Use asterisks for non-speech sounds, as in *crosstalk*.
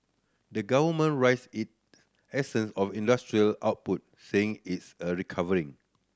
the government raised it *unintelligible* of industrial output saying its a recovery